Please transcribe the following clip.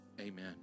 amen